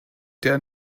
der